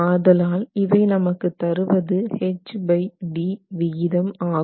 ஆதலால் இவை நமக்கு தருவது hd விகிதம் ஆகும்